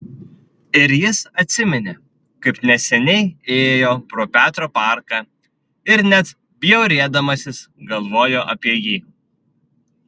ir jis atsiminė kaip neseniai ėjo pro petro parką ir net bjaurėdamasis galvojo apie jį